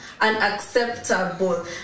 Unacceptable